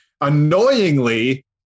annoyingly